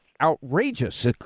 outrageous